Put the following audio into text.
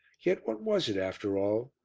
yet what was it after all?